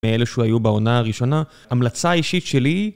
מאלה שהוא היו בעונה הראשונה, המלצה האישית שלי היא